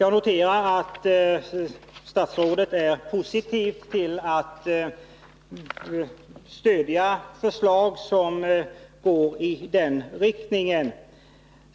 Jag noterar att statsrådet är positiv till att stödja förslag som går i den riktningen.